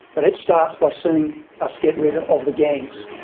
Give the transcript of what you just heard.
but it starts by seeing us get rid of the gangs.